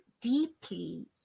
deeply